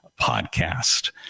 podcast